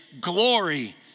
glory